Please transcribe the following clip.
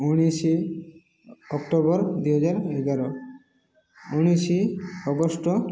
ଉଣେଇଶି ଅକ୍ଟୋବର ଦୁଇହଜାର ଏଗାର ଉଣେଇଶି ଅଗଷ୍ଟ